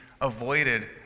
avoided